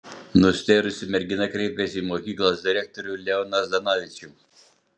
nustėrusi mergina kreipėsi į mokyklos direktorių leoną zdanavičių